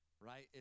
right